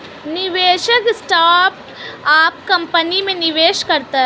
निवेशक startup company में निवेश करता है